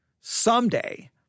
someday